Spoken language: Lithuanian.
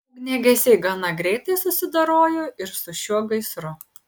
ugniagesiai gana greitai susidorojo ir su šiuo gaisru